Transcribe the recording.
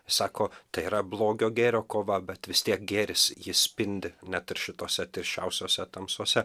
sako tai yra blogio gėrio kova bet vis tiek gėris jis spindi net ir šitose tirščiausiose tamsose